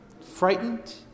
frightened